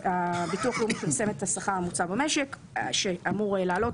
הביטוח הלאומי פרסם את השכר הממוצע במשק שאמור לעלות,